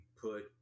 put